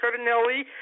Cardinelli